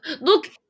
Look